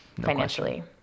financially